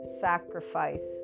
sacrifice